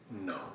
No